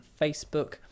Facebook